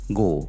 go